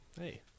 Hey